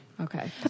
Okay